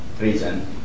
reason